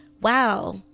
Wow